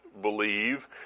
believe